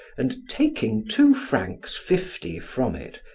and taking two francs fifty from it,